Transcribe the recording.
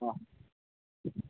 अ